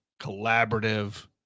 collaborative